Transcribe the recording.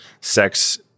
sex